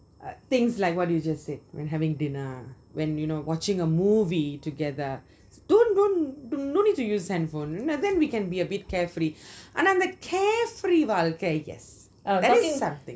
uh things like what you've just said when having dinner when watching a movie together don't don't no need to use handphone then we can be a bit carefree அனா அந்த:ana antha carefree வாழ்க:vazhka at least something